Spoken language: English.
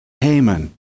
Haman